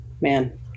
Man